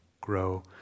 grow